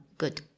good